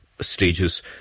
stages